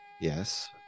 Yes